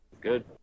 Good